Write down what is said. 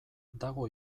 dago